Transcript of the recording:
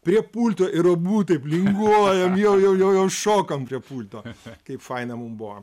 prie pulto ir abu taip linguojam jo jo jo jo šokam prie pulto kai faina mum buvo